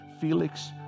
Felix